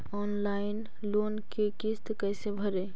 Online loan के किस्त कैसे भरे?